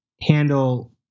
handle